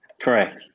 correct